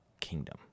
kingdom